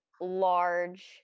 large